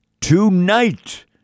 Tonight